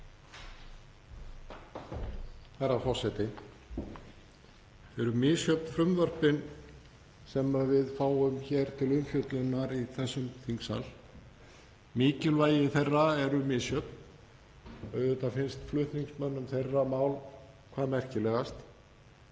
Herra forseti. Þau eru misjöfn frumvörpin sem við fáum hér til umfjöllunar í þessum þingsal og mikilvægi þeirra er misjafnt. Auðvitað finnst flutningsmönnum þeirra sitt mál hvað merkilegast